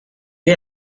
pay